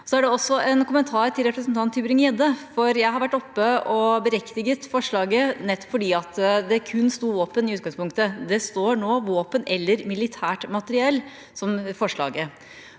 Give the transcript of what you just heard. Jeg har også en kommentar til representanten TybringGjedde, for jeg har vært oppe og beriktiget forslaget, nettopp fordi at det kun sto «våpen» i utgangspunktet. Det står nå «våpen eller militært materiell» i forslaget.